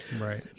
Right